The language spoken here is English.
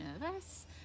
nervous